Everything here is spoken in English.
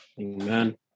Amen